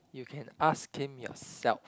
you can ask him yourself